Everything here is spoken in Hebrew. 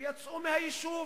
ויצאו מהיישוב.